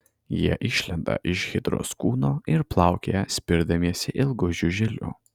jie išlenda iš hidros kūno ir plaukioja spirdamiesi ilgu žiuželiu